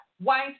white